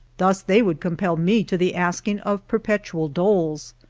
thus they would compel me to the asking of perpetual doles.